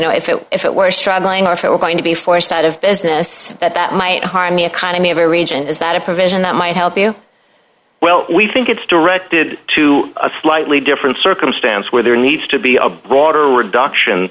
feel if it were struggling are still going to be forced out of business that that might harm the economy of our region is that a provision that might help you well we think it's directed to a slightly different circumstance where there needs to be a broader reduction